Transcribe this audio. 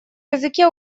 языке